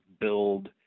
build